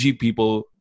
people